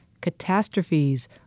Catastrophes